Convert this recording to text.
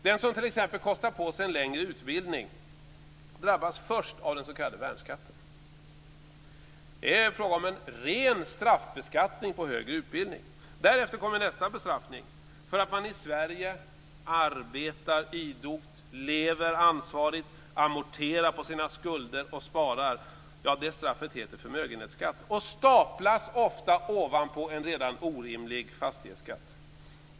Den som t.ex. kostar på sig en längre utbildning drabbas först av den s.k. värnskatten. Det är fråga om en ren straffbeskattning på högre utbildning. Därefter kommer nästa bestraffning för att man i Sverige arbetar idogt, lever ansvarigt, amorterar på sina skulder och sparar. Det straffet heter förmögenhetsskatt och staplas ofta ovanpå en redan orimlig fastighetsskatt.